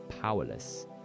powerless